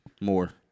more